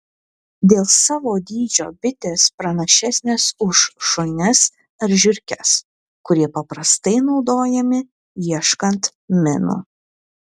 dėl savo dydžio bitės pranašesnės už šunis ar žiurkes kurie paprastai naudojami ieškant minų